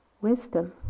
wisdom